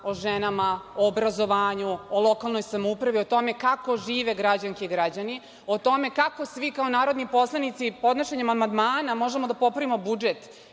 o ženama, o obrazovanju, o lokalnoj samoupravi, o tome kako žive građani i građanke, o tome kako svi kao narodni poslanici podnošenjem amandmana možemo da popravimo budžet